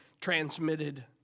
transmitted